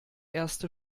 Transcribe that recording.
erste